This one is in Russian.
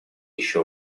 еще